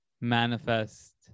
manifest